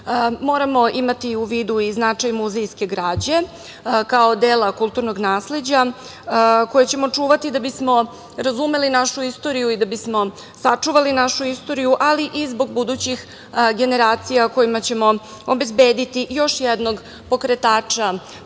zemlji. Moramo imati u vidu i značaj muzejske građe, kao dela kulturnog nasleđa, koje ćemo čuvati da bismo razumeli našu istoriju i da bismo sačuvali našu istoriju, ali i zbog budućih generacija kojima ćemo obezbediti još jednog pokretača privrednog